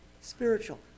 spiritual